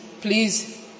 please